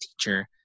teacher